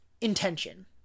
intention